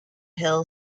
hill